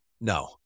No